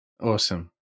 Awesome